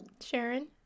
Sharon